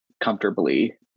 comfortably